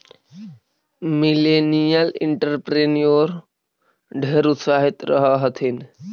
millennial entrepreneur ढेर उत्साहित रह हथिन